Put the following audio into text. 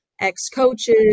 ex-coaches